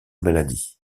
maladie